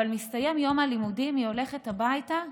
אבל מסתיים יום הלימודים, היא הולכת הביתה,